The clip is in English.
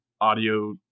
audio